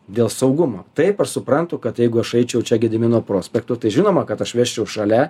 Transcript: dėl saugumo taip aš suprantu kad jeigu aš eičiau čia gedimino prospektu tai žinoma kad aš vesčiau šalia